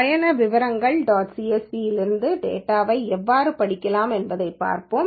பயண விவரங்கள் dot csv ளிலிருந்து டேட்டாவை எவ்வாறு படிக்கலாம் என்பதைப் பார்ப்போம்